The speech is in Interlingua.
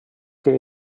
que